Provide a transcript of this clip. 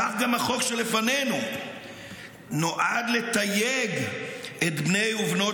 כך גם החוק שלפנינו נועד לתייג את בני ובנות